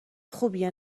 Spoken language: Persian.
خوبیه